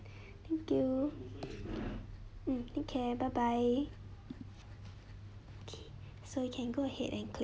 thank you hmm take care bye bye okay so you can go ahead and click